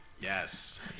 Yes